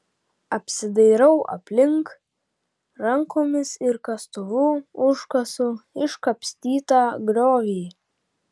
apsidairau aplink rankomis ir kastuvu užkasu iškapstytą griovį